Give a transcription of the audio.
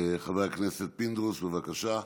חבר הכנסת פינדרוס, בבקשה.